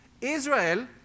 Israel